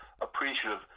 appreciative